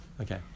Okay